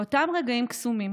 באותם רגעים קסומים